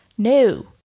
No